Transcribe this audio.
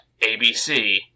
ABC